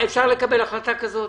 אפשר לקבל החלטה כזאת,